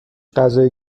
غذای